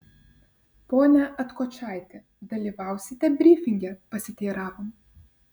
pone atkočaiti dalyvausite brifinge pasiteiravom